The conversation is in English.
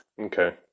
Okay